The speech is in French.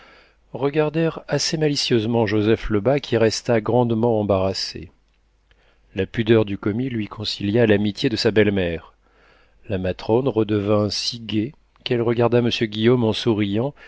regardèrent assez malicieusement joseph lebas qui resta grandement embarrassé la pudeur du commis lui concilia l'amitié de sa belle-mère la matrone redevint si gaie qu'elle regarda monsieur guillaume en souriant